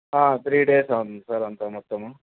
three డేసే ఉంది sir అంతా మొత్తము